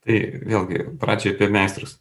tai vėlgi pradžioj apie meistrus